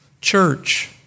Church